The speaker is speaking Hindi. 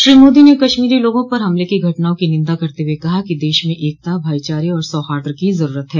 श्री मोदी ने कश्मीरी लोगों पर हमले की घटनाओं की निन्दा करते हुए कहा कि देश में एकता भाईचारे और सौहार्द की जरूरत है